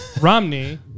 Romney